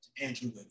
Andrew